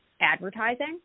advertising